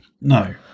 no